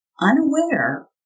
Unaware